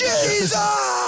Jesus